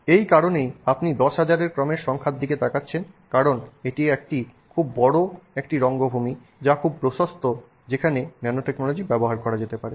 এই কারণেই আপনি 10000 এর ক্রমের সংখ্যার দিকে তাকাচ্ছেন কারণ এটি একটি খুব বড় একটি রঙ্গভূমি যা খুব প্রশস্ত যেখানে ন্যানোটেকনোলজি ব্যবহার করা যেতে পারে